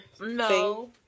No